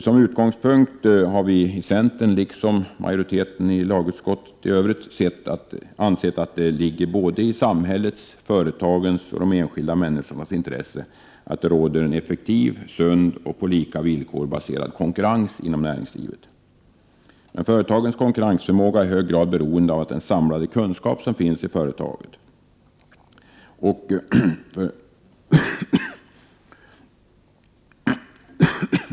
Som utgångpunkt har vi i centern liksom övriga i majoriteten i lagutskottet att det ligger i såväl samhällets som företagens och de enskilda människornas intresse att det råder en effektiv, sund och på lika villkor baserad konkurrens inom näringslivet. Men ett företags konkurrensförmåga är i hög grad beroende av den samlade kunskap som finns i företaget.